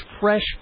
fresh